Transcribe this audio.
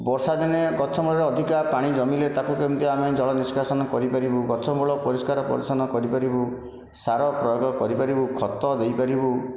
ବର୍ଷାଦିନେ ଗଛମୂଳେ ଅଧିକା ପାଣି ଜମିଲେ ତାକୁ କେମତି ଆମେ ଜଳ ନିଷ୍କାସନ କରିପାରିବୁ ଗଛମୂଳ ପରିଷ୍କାର ପରିଚ୍ଛନ୍ନ କରିପାରିବୁ ସାର ପ୍ରୟୋଗ କରିପାରିବୁ ଖତ ଦେଇପାରିବୁ